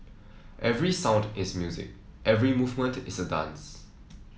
every sound is music every movement is a dance